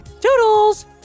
Toodles